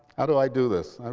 how do i do this? um